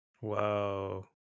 Whoa